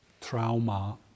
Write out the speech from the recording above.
trauma